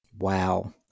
Wow